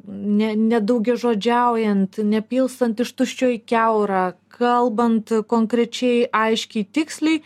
ne nedaugiažodžiaujant nepilstant iš tuščio į kiaurą kalbant konkrečiai aiškiai tiksliai